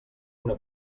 una